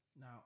now